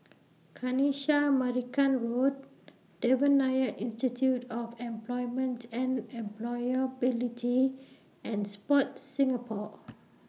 Kanisha Marican Road Devan Nair Institute of Employment and Employability and Sport Singapore